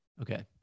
Okay